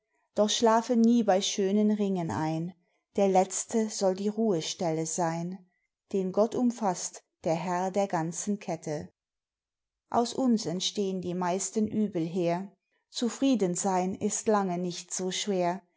doch schlafe nie bei schönen ringen ein der letzte soll die ruhestelle sein den gott umfasst der herr der ganzen kette aus uns entstehn die meisten übel her zufrieden sein ist lange nicht so schwer